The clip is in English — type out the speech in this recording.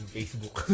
Facebook